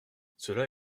cela